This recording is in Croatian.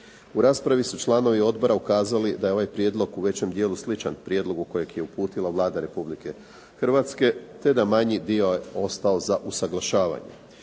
U raspravi su članovi odbora ukazali da je ovaj prijedlog u većem dijelu sličan prijedlogu kojeg je uputila Vlada Republike Hrvatske, te da manji dio je ostao za usuglašavanje.